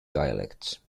dialects